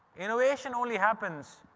innovation only happens